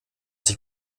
sich